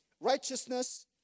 righteousness